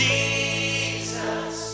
Jesus